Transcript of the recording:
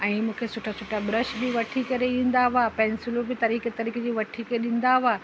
ऐं मूंखे सुठा सुठा ब्रश बि वठी करे ॾींदा हुआ पैंसिलूं बि तरीक़े तरीक़े जूं वठी करे ॾींदा हुआ